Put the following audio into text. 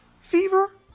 fever